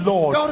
Lord